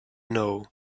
know